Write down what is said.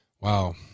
Wow